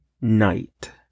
night